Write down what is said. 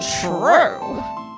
true